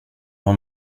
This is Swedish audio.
har